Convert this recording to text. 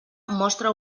mostra